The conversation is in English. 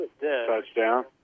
touchdown